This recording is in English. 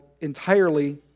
entirely